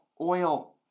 oil